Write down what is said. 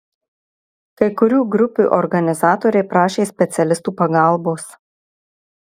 kai kurių grupių organizatoriai prašė specialistų pagalbos